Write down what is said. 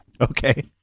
Okay